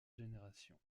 génération